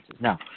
Now